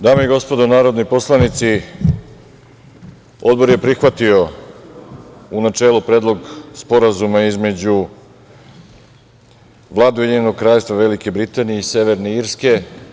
Dame i gospodo narodni poslanici, Odbor je prihvatio u načelu Predlog Sporazuma između Vlade i njenog Kraljevstva Velike Britanije i Severne Irske.